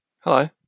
Hello